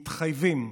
מתחייבים